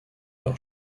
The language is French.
leur